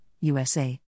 USA